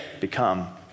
become